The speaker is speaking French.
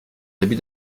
début